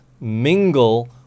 mingle